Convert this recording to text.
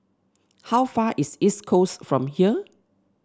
how far away is East Coast from here